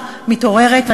ועכשיו מתעוררת,